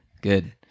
good